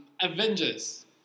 Avengers